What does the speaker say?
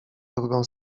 drugą